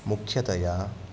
मुख्यतया